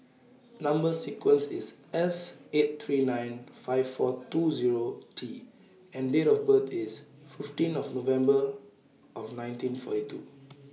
Number sequence IS S eight three nine five four two Zero T and Date of birth IS fifteen November nineteen forty two